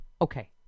Okay